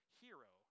hero